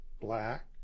black